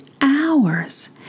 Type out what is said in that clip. hours